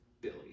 Billy